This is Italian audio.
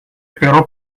però